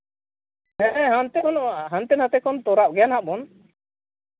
ᱦᱮᱸ ᱚᱱᱛᱮ ᱵᱟᱹᱱᱩᱜᱼᱟ ᱦᱟᱱᱛᱮ ᱱᱟᱛᱮ ᱠᱷᱚᱱ ᱛᱚᱨᱟᱜ ᱜᱮᱭᱟ ᱵᱚᱱ